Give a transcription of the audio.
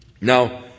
Now